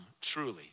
truly